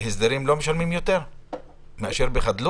בהסדרים לא משלמים יותר לעומת חדלות?